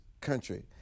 country